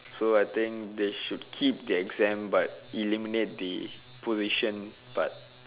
so I think they should keep the exams but eliminate the position part